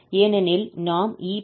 ஏனெனில் நாம் ek2t ஐ தொகையிட முடியும்